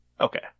okay